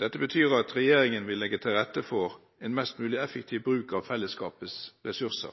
Dette betyr at regjeringen vil legge til rette for en mest mulig effektiv bruk av fellesskapets ressurser.